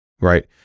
right